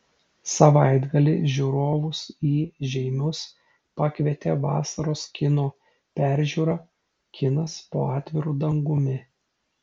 savaitgalį žiūrovus į žeimius pakvietė vasaros kino peržiūra kinas po atviru dangumi